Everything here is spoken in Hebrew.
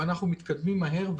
ואנחנו מתקדמים מהר,